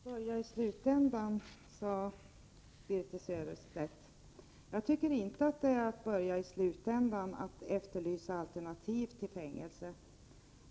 Herr talman! ”Börja i slutändan” sade Birthe Sörestedt. Jag tycker inte det är att börja i slutändan att efterlysa alternativ till fängelse.